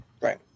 Right